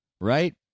Right